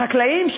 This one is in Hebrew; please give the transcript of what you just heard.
החקלאים,